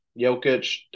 Jokic